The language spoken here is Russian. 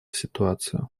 ситуацию